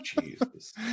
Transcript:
Jesus